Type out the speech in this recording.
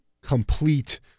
complete